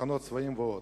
מחנות צבאיים ועוד.